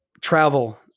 Travel